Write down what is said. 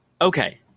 okay